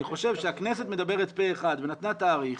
אני חושב שהכנסת מדברת פה אחד ונתנה תאריך.